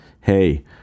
hey